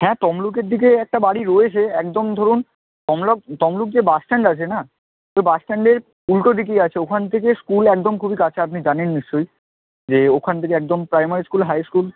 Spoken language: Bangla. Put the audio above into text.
হ্যাঁ তমলুকের দিকেই একটা বাড়ি রয়েছে একদম ধরুন তমলুক তমলুক যে বাস স্ট্যান্ড আছে না সেই বাস স্ট্যান্ডের উল্টো দিকেই আছে ওখান থেকে স্কুল একদম খুবই কাছে আপনি জানেন নিশ্চই যে ওখান থেকে একদম প্রাইমারি স্কুল হাই স্কুল